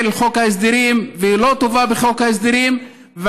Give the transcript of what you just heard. חוק ההסדרים ולא תובא בחוק ההסדרים.